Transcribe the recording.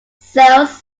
sales